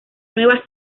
nueva